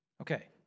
Okay